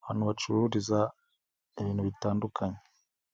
ahantu bacururiza ibintu bitandukanye.